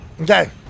Okay